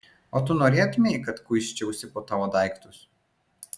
o tu norėtumei kad kuisčiausi po tavo daiktus